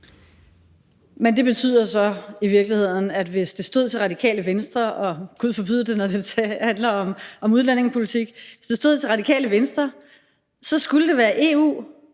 Men det betyder så i virkeligheden, at hvis det stod til Radikale Venstre – og Gud forbyde det, når det handler om udlændingepolitik – så skulle det være EU